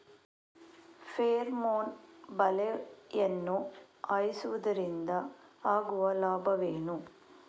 Pheromone ಬಲೆಯನ್ನು ಹಾಯಿಸುವುದರಿಂದ ಆಗುವ ಲಾಭವೇನು?